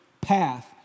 path